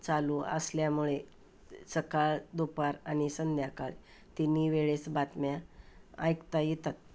चालू असल्यामुळे सकाळ दुपार आणि संध्याकाळ तिन्ही वेळेस बातम्या ऐकता येतात